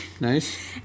Nice